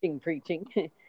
preaching